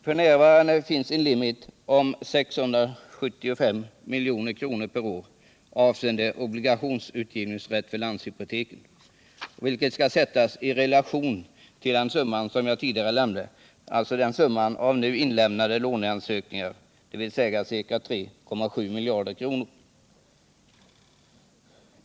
F.n. finns en limit om 675 milj.kr. per år avseende obligationsutgivningsrätt för landshypoteken, vilket skall sättas i relation till det belopp som jag tidigare nämnde, alltså summan av nu inlämnade låneansökningar — ca 3,7 miljarder kronor.